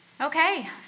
Okay